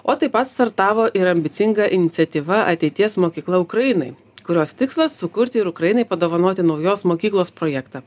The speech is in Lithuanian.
o taip pat startavo ir ambicinga iniciatyva ateities mokykla ukrainai kurios tikslas sukurti ir ukrainai padovanoti naujos mokyklos projektą